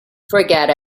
forget